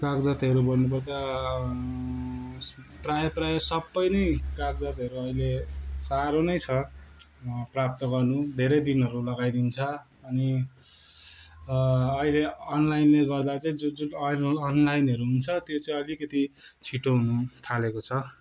कागजातहरू भन्नुपर्दा प्राय प्राय सबै नै कागजातहरू अहिले साह्रो नै छ प्राप्त गर्नु धेरै दिनहरू लगाइदिन्छ अनि अहिले अनलाइनले गर्दा चाहिँ जुन जुन ऐ अनलाइनहरू हुन्छ त्यो चाहिँ अलिकति छिटो हुन थालेको छ